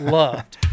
loved